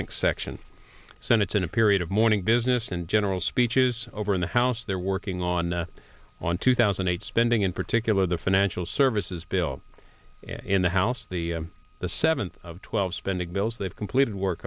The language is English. link section senate's in a period of mourning business and general speeches over in the house they're working on on two thousand and eight spending in particular the financial services bill in the house the the seventh of twelve spending bills they've completed work